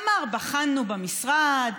אמר: בחנו במשרד,